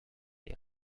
les